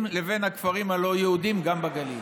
לבין הכפרים הלא-יהודיים גם בגליל,